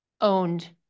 owned